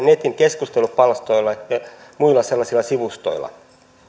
netin keskustelupalstoilla ja muilla sellaisilla sivustoilla